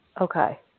Okay